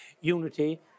unity